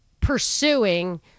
pursuing